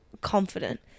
confident